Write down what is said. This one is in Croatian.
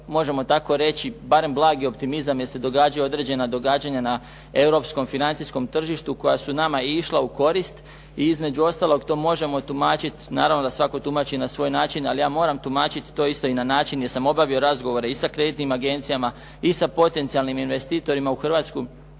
možemo tako reći barem blagi optimizam jer se događaju određena događanja na europskom, financijskom tržištu koja su nama i išla u korist. I između ostalog to možemo tumačiti, naravno da svatko tumači na svoj način, ali ja moram tumačiti to isto i na način jer sam obavio razgovore i sa kreditnim agencijama, i sa potencijalnim investitorima u Hrvatsku,